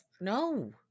No